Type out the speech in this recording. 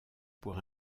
pour